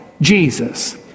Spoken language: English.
Jesus